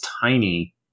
tiny